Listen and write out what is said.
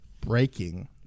breaking